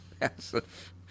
massive